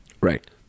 right